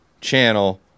Channel